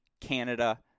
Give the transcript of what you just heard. Canada